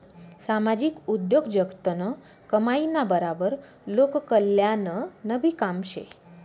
सामाजिक उद्योगजगतनं कमाईना बराबर लोककल्याणनंबी काम शे